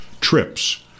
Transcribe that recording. Trips